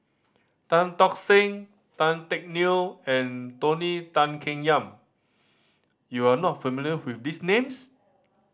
Tan Tock Seng Tan Teck Neo and Tony Tan Keng Yam you are not familiar with these names